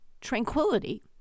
tranquility